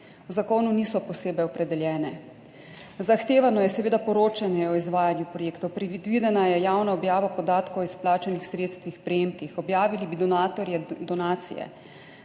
V zakonu niso posebej opredeljene. Zahtevano je seveda poročanje o izvajanju projektov. Predvidena je javna objava podatkov o izplačanih sredstvih, prejemkih, objavili bi donatorje, donacije,